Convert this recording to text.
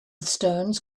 stones